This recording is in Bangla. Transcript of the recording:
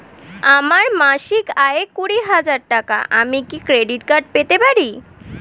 আমার মাসিক আয় কুড়ি হাজার টাকা আমি কি ক্রেডিট কার্ড পেতে পারি?